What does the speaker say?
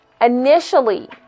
initially